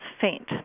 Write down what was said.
faint